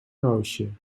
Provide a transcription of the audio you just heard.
roosje